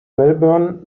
melbourne